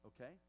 okay